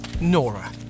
Nora